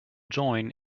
join